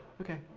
okay.